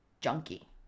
junkie